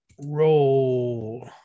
Roll